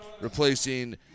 replacing